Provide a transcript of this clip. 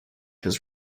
his